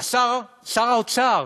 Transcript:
שר האוצר